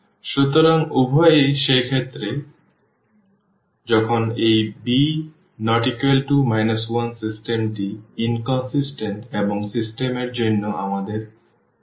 সুতরাং উভয় ক্ষেত্রেই যখন এই β≠ 1 সিস্টেমটি অসামঞ্জস্যপূর্ণ এবং সিস্টেম এর জন্য আমাদের কাছে কোনও সমাধান নেই